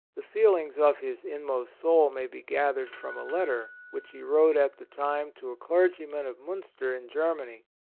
the feelings of his inmost soul may be gathered from a letter which he wrote at the time to a clergyman of munster in germany.